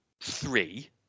three